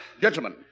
Gentlemen